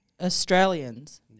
Australians